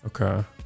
okay